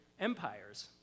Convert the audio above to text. empires